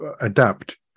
adapt